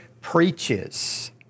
preaches